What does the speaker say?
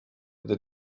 gdy